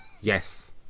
yes